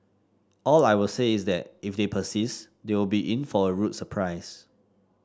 all I will say is that if they persist they will be in for a rude surprise